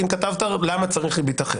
אם כתבת למה צריך ריבית אחרת.